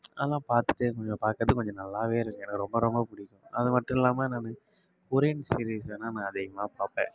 அதுலாம் பார்த்துட்டே இருக்க முடியும் பாக்கிறத்துக்கு கொஞ்சம் நல்லா இருக்கு எனக்கு ரொம்ப ரொம்ப பிடிக்கும் அது மட்டும் இல்லாமல் நான் கொரியன் சீரிஸ் வேணா நான் அதிகமாக பார்ப்பேன்